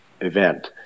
event